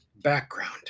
background